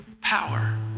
Power